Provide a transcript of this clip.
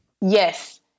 Yes